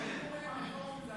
זה הפוך,